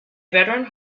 veteran